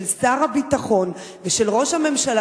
של שר הביטחון ושל ראש הממשלה,